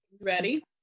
Ready